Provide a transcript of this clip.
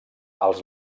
els